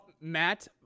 Matt